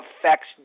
affects